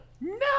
No